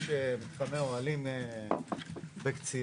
יש מתחמי אוהלים בקציעות.